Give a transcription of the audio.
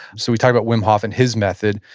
so we talked about wim hof and his method.